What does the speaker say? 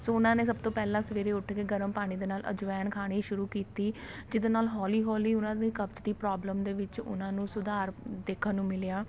ਸੋ ਉਹਨਾਂ ਨੇ ਸਭ ਤੋਂ ਪਹਿਲਾਂ ਸਵੇਰੇ ਉੱਠ ਕੇ ਗਰਮ ਪਾਣੀ ਦੇ ਨਾਲ ਅਜਵੈਨ ਖਾਣੀ ਸ਼ੁਰੂ ਕੀਤੀ ਜਿਹਦੇ ਨਾਲ ਹੌਲੀ ਹੌਲੀ ਉਹਨਾਂ ਦੀ ਕਬਜ਼ ਦੀ ਪ੍ਰੋਬਲਮ ਦੇ ਵਿੱਚ ਉਹਨਾਂ ਨੂੰ ਸੁਧਾਰ ਦੇਖਣ ਨੂੰ ਮਿਲਿਆ